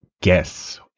guess